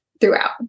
throughout